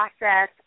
process